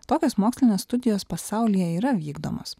tokios mokslinės studijos pasaulyje yra vykdomos